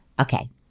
Okay